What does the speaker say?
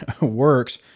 works